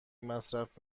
مصرف